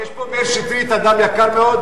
לא, כי יש פה מאיר שטרית, אדם יקר מאוד.